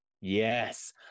Yes